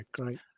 great